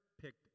picked